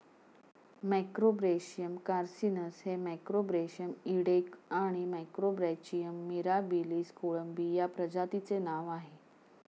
Macrobrachium carcinus हे Macrobrachium इडेक आणि मॅक्रोब्रॅचियम मिराबिलिस कोळंबी या प्रजातींचे नाव आहे